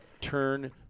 turn